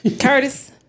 Curtis